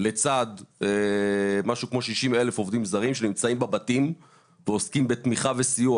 לצד משהו כמו 60,000 עובדים זרים שנמצאים בבתים ועוסקים בתמיכה וסיוע,